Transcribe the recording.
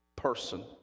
person